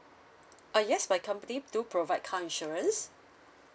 uh yes my company do provide car insurance